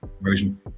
version